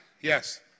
Yes